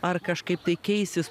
ar kažkaip tai keisis